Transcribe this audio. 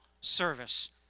service